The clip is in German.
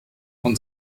und